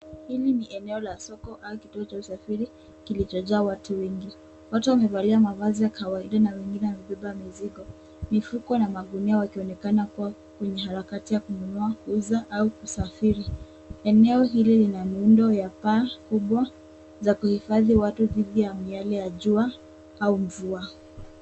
Hili ni eneo la soko au kituo cha usafiri kilichojaa watu wengi. Watu wamevalia mavazi ya kawaida na wengine wamebeba mizigo, mifuko na magunia wakionekana kuwa kwenye harakati ya kununua, kuuza au kusafiri. Eneo hili lina miundo ya paa kubwa za kuhifadhi watu dhidi ya miale ya jua au mvua.